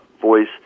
voice